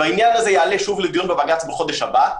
העניין הזה יעלה שוב לדיון בבג"ץ בחודש הבא.